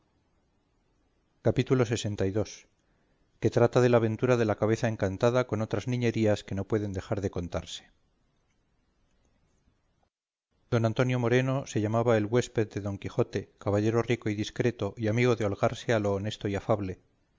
capítulo lxii que trata de la aventura de la cabeza encantada con otras niñerías que no pueden dejar de contarse don antonio moreno se llamaba el huésped de don quijote caballero rico y discreto y amigo de holgarse a lo honesto y afable